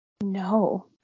No